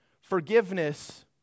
forgiveness